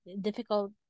difficult